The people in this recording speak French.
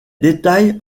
détails